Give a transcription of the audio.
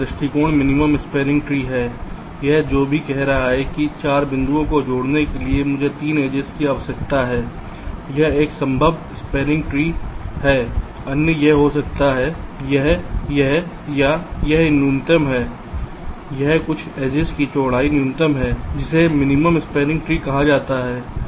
दूसरा दृष्टिकोण minimum spanning tree है यह जो भी कह रहा है कि 4 बिंदुओं को जोड़ने के लिए मुझे 3 एजिस की आवश्यकता है यह एक संभव स्पैनिंग ट्री है अन्य यह हो सकता है यह यह या यह न्यूनतम है यह कुछ एजिस की चौड़ाई न्यूनतम है जिसे मिनिमम स्पैनिंग ट्री कहा जाता है